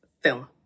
film